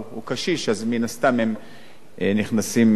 אז מן הסתם הם נכנסים פנימה,